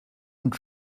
und